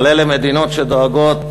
אבל אלה מדינות שדואגות